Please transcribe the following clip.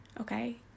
Okay